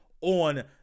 on